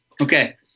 Okay